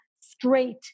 straight